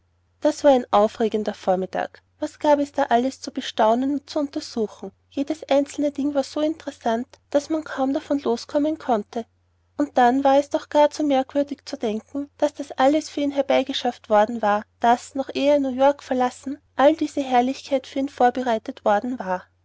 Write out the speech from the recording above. das war ein aufregender vormittag was gab es da alles zu besehen und zu untersuchen jedes einzelne ding war so interessant daß man kaum davon loskommen konnte und dann war es doch gar zu merkwürdig zu denken daß das alles für ihn herbeigeschafft worden war daß noch ehe er new york verlassen alle diese herrlichkeit für ihn vorbereitet worden war